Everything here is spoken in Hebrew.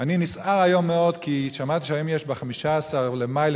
כי אחר כך יש לנו בתוכחה שורה ארוכה של דברים שיקרו ועלולים לקרות